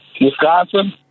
Wisconsin